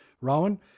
Rowan